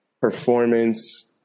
performance